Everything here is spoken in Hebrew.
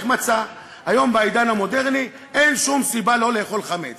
אמר: "אם הדת תיהפך מכשיר לסיפוק צרכיו של האדם ותותאם למאווייו